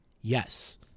Yes